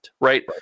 Right